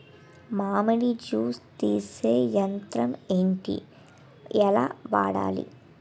మామిడి జూస్ తీసే యంత్రం ఏంటి? ఎలా వాడాలి?